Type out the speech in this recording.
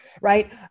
right